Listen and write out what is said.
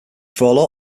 fall